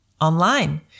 online